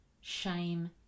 shame